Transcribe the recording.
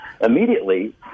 Immediately